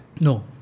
No